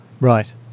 Right